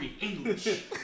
English